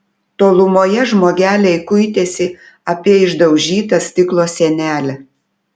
tolumoje žmogeliai kuitėsi apie išdaužytą stiklo sienelę